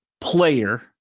player